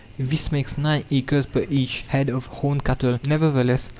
this makes nine acres per each head of horned cattle. nevertheless,